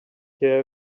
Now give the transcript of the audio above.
care